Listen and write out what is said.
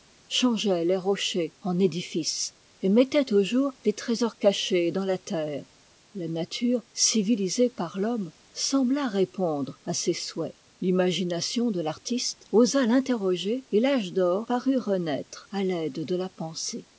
changeaient les rochers en édifices et mettaient au jour les trésors cachés dans la terre la nature civilisée par t'homme sembla répondre à ses souhaits l'imagination de l'artiste osa l'interroger et l'âge d'or parut renaî treàt'aide de la pensée